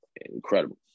incredible